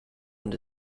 und